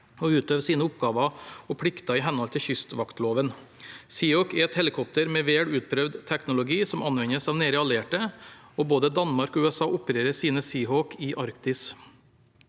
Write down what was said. å utøve sine oppgaver og plikter i henhold til kystvaktloven. Seahawk er et helikopter med vel utprøvd teknologi som anvendes av nære allierte, og både Danmark og USA opererer sine Seahawk i Arktis.